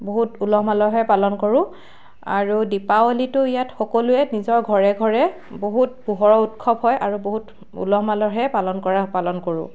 বহুত উলহ মালহে পালন কৰো আৰু দিপাৱলীতো ইয়াত সকলোৱে নিজৰ ঘৰে ঘৰে বহুত পোহৰৰ উৎসৱ হয় আৰু বহুত উলহ মালহে পালন কৰা পালন কৰোঁ